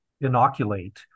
inoculate